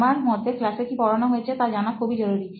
আমার মতে ক্লাসে কি পড়ানো হয়েছে তার জানা খুব জরুরি